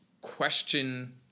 question